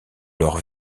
leur